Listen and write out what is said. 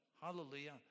hallelujah